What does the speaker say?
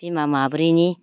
बिमा माब्रैनि